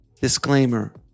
Disclaimer